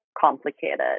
complicated